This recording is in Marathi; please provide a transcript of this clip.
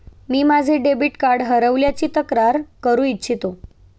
मी माझे डेबिट कार्ड हरवल्याची तक्रार करू इच्छितो